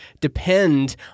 depend